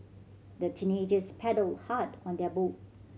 the teenagers paddled hard on their boat